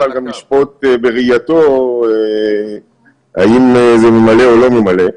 גם לשפוט בראייתו האם זה ממלא או לא ממלא.